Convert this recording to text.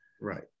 Right